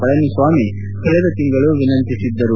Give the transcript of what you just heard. ಪಳನಿಸ್ವಾಮಿ ಕಳೆದ ತಿಂಗಳು ವಿನಂತಿಸಿದ್ದರು